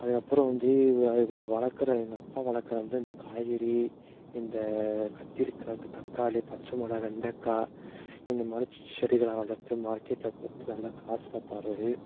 அதுக்கப்புறம் வந்து இவ இவர் வளர்க்குற எங்கள்அப்பா வளக்கிற வந்து இந்த காய்கறி இந்த கத்திரிக்காய் க தக்காளி பச்சைமொளா வெண்டக்காய் இந்த மாதிரி செடிகளை வளர்த்து மார்க்கெட்டில் கொடுத்து நல்லா காசு பார்ப்பாரு